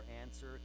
answer